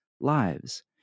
lives